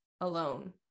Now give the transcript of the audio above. alone